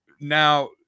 now